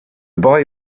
boy